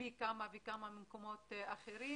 פי כמה וכמה ממקומות אחרים.